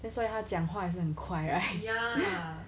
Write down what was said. that's why 他讲话也是很快 right